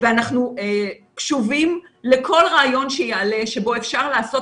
אנחנו קשובים לכל רעיון שיעלה שבו אפשר לעשות